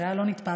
זה לא נתפס.